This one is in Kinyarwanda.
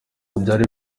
ibyari